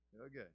Okay